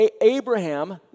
Abraham